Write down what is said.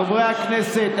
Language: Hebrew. חברי הכנסת,